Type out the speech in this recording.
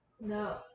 No